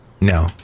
no